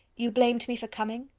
you blamed me for coming?